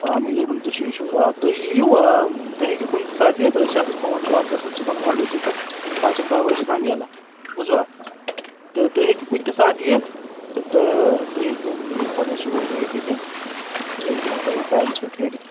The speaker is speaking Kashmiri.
آ میجرمینٛٹہٕ تہِ چھُ یہِ چھُ آ تُہۍ یِیِو آ تُہۍ ہیٚکِو کُنہِ تہِ ساتہٕ یِتھ أسۍ چھِ آسان سون شاپ چھُ آسان صُبحن ٲٹھ بِجے پیٚٹٚھ کالچن دَہ بَجے تام یلہٕ بوٗزوا تہٕ تُہۍ ہیٚکِو کُنہِ تہِ ساتہٕ یِتھ تہٕ آ تُہۍ ہیٚکِو یِم پَنٕنۍ سوٗٹ ترٛٲوِتھ ییٚتہِ تہٕ أسۍ دمو تۅہہِ ٹایمَس پیٚٚٹھ ریٚڈی